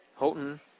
Houghton